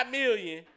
million